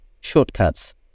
shortcuts